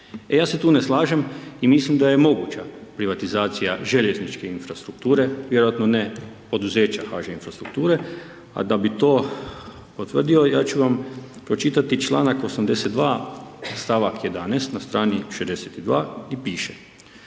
Ja se tu ne slažem i mislim da je moguća privatizacija željezničke infrastrukture, vjerojatno ne poduzeća HŽ infrastrukture, a da bi to potvrdio, ja ću vam pročitati članak 82. stavak 11. na strani 62 piše,